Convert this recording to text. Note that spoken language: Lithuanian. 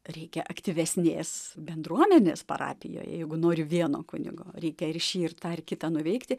reikia aktyvesnės bendruomenės parapijoj jeigu nori vieno kunigo reikia ir šį ir dar kitą nuveikti